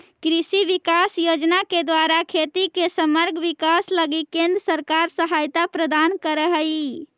कृषि विकास योजना के द्वारा खेती के समग्र विकास लगी केंद्र सरकार सहायता प्रदान करऽ हई